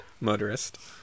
motorist